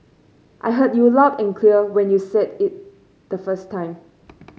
I heard you loud and clear when you said it the first time